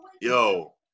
Yo